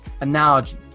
Analogy